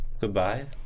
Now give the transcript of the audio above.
Goodbye